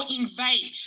invade